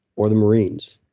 or the marines.